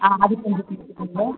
ஆ அது கொஞ்சம் பார்த்துக்கோங்க